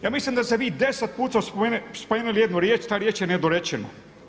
Ja mislim da ste vi 10 puta spomenuli jednu riječ, ta riječ je nedorečena.